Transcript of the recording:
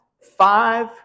five